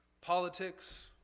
Politics